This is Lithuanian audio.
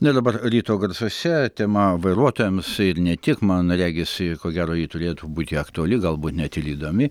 na o dabar ryto garsuose tema vairuotojams ir ne tik man regis i ko gero ji turėtų būti aktuali galbūt net ir įdomi